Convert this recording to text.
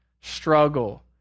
struggle